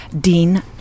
Dean